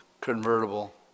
convertible